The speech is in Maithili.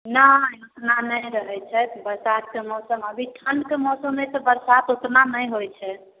नहि ओतना नहि रहै छै बरसातके मौसम अभी ठण्डके मौसम हइ तऽ बरसात ओतना नहि होइ छै